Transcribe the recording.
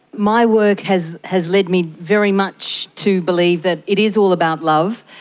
my work has has led me very much to believe that it is all about love.